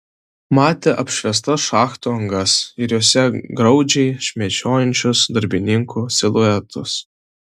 matė apšviestas šachtų angas ir jose graudžiai šmėsčiojančius darbininkų siluetus